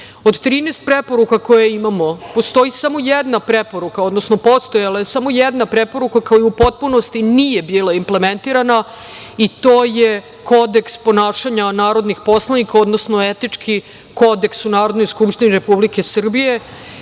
13 preporuka koje imamo, postoji samo jedna preporuka, odnosno postojala je samo jedna preporuka koja u potpunosti nije bila implementirana i to je kodeks ponašanja narodnih poslanika, odnosno etički kodeks u Narodnoj skupštini Republike Srbije